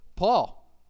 Paul